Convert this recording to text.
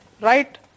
right